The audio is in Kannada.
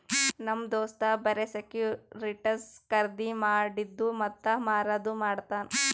ನಮ್ ದೋಸ್ತ್ ಬರೆ ಸೆಕ್ಯೂರಿಟಿಸ್ ಖರ್ದಿ ಮಾಡಿದ್ದು ಮತ್ತ ಮಾರದು ಮಾಡ್ತಾನ್